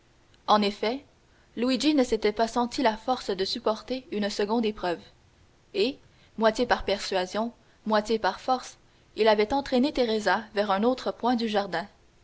en effet luigi ne s'était pas senti la force de supporter une seconde épreuve et moitié par persuasion moitié par force il avait entraîné teresa vers un autre point du jardin